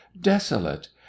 desolate